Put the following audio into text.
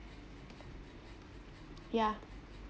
yeah